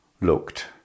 looked